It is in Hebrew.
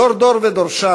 דור דור ודורשיו,